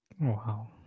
Wow